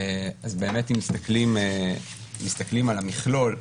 אז באמת אם מסתכלים על המכלול,